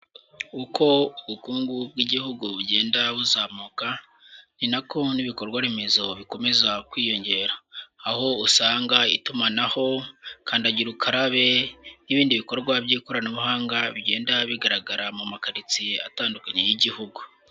Uko ubukungu bw'igihugu bugenda buzamuka, ni nako n'ibikorwa remezo bikomeza kwiyongera. Aho usanga itumanaho, kandagira ukarabe n'ibindi bikorwa by'ikoranabuhanga, bigenda bigaragara mu makaritsiye atandukanye y'igihugu.